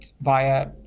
via